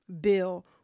bill